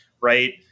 right